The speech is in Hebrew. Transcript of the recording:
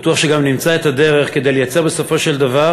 בטוח שגם נמצא את הדרך לייצר בסופו של דבר